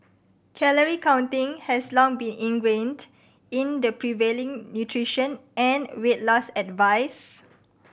calorie counting has long been ingrained in the prevailing nutrition and weight loss advice